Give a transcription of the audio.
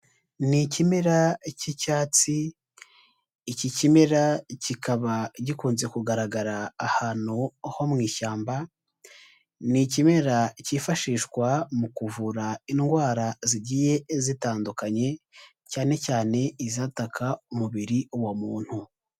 Ni ikimera cy'icyatsi, iki kimera kikaba gikunze kugaragara ahantu ho mu ishyamba, ni ikimera cyifashishwa mu kuvura indwara zigiye zitandukanye cyane cyane izataka umubiri wa muntu.